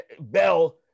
Bell-